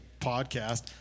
Podcast